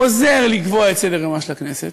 עוזר לקבוע את סדר-יומה של הכנסת,